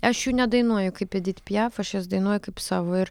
aš jų nedainuoju kaip edit piaf aš jas dainuoju kaip savo ir